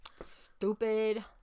Stupid